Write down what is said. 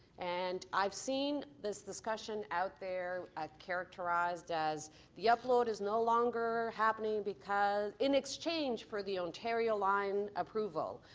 and i've seen this discussion out there ah characterized as the upload is no longer happening because in exchange for the ontario line approval,